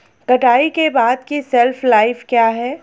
कटाई के बाद की शेल्फ लाइफ क्या है?